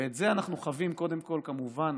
ואת זה אנחנו חבים קודם כול כמובן